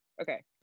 okay